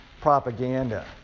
propaganda